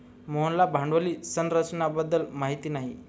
मोहनला भांडवली संरचना बद्दल माहिती नाही